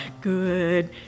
good